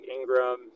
Ingram